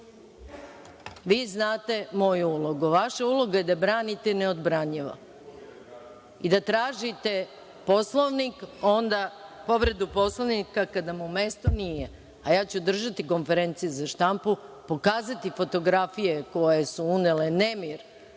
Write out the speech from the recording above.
znate moju ulogu? Vaša uloga je da branite neodbranljivo i da tražite povredu Poslovnika kada mu mesto nije, a ja ću držati konferenciju za štampu, pokazati fotografije koje su unele nemir